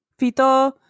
fito